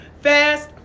fast